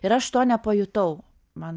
ir aš to nepajutau man